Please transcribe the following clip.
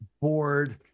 bored